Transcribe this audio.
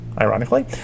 ironically